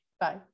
bye